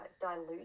dilute